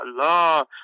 Allah